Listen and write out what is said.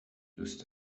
دوست